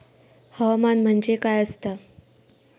हवामान म्हणजे काय असता?